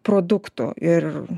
produktų ir